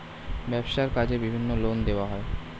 ব্যবসার কাজে বিভিন্ন লোন দেওয়া হয়